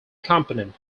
component